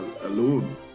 alone